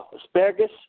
asparagus